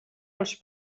els